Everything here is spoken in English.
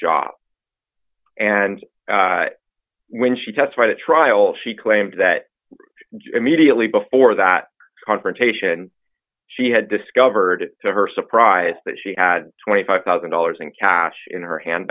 job and when she testified at trial she claimed that immediately before that confrontation she had discovered to her surprise that she had twenty five thousand dollars in cash in her hand